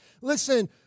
Listen